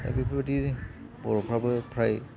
दा बेफोरबायदि बर'फ्राबो फ्राय